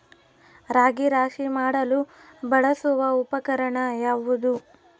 ರಾಗಿ ರಾಶಿ ಮಾಡಲು ಬಳಸುವ ಉಪಕರಣ ಯಾವುದು?